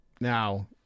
Now